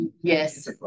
Yes